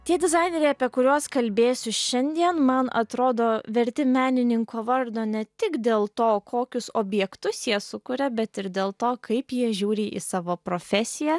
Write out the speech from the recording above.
tie dizaineriai apie kuriuos kalbėsiu šiandien man atrodo verti menininko vardo ne tik dėl to kokius objektus jie sukuria bet ir dėl to kaip jie žiūri į savo profesiją